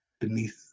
beneath